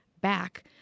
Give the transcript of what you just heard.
back